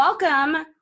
Welcome